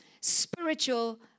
spiritual